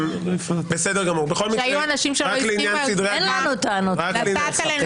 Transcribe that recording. היו אנשים שלא הספיקו --- אין לנו טענות כלפיך.